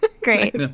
Great